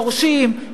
דורשים,